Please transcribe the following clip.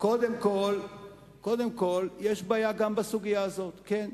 קודם כול, יש בעיה גם בסוגיה הזאת, כן.